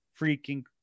freaking